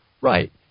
Right